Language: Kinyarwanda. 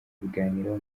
kubiganiraho